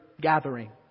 gathering